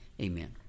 Amen